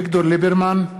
אביגדור ליברמן,